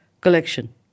collection